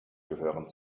gehören